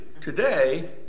today